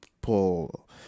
Paul